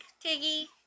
Tiggy